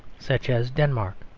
such as denmark.